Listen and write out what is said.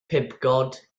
pibgod